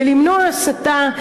ולמנוע הסתה,